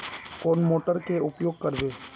कौन मोटर के उपयोग करवे?